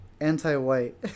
Anti-white